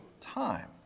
time